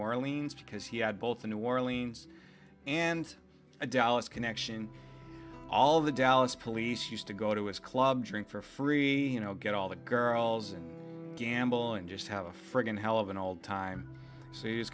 orleans because he had both the new orleans and dallas connection all of the dallas police used to go to his club drink for free you know get all the girls and gamble and just have a friggin hell of an old time s